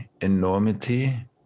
enormity